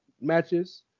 matches